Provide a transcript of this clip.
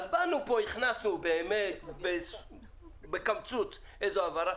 אז באנו פה, הכנסנו באמת בקמצוץ איזו הבהרה.